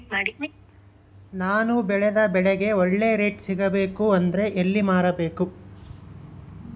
ನಾನು ಬೆಳೆದ ಬೆಳೆಗೆ ಒಳ್ಳೆ ರೇಟ್ ಸಿಗಬೇಕು ಅಂದ್ರೆ ಎಲ್ಲಿ ಮಾರಬೇಕು?